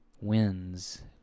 wins